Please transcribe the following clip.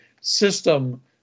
system